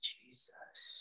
Jesus